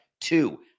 Two